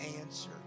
answer